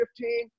15